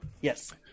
Yes